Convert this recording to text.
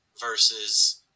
versus